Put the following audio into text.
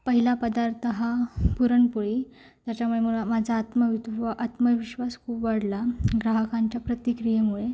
पहिला पदार्थ हा पुरणपोळी त्याच्यामुळे मला माझा आत्मवित्वा आत्मविश्वास खूप वाढला ग्राहकांच्या प्रतिक्रियेमुळे